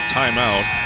timeout